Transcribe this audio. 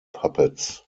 puppets